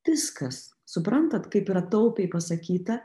viskas suprantat kaip yra taupiai pasakyta